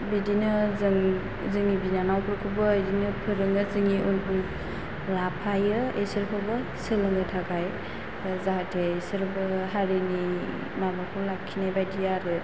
बिदिनो जोंनि बिनानावफोरखौबो बिदिनो फोरोङाे जाेंनि उन उन लाफायो बिसोरखौबो सोलोंनो थाखाय जाहाथे बिसोरबो हारिनि माबाखौ लाखिनाय बायदि आरो